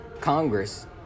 Congress